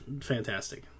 fantastic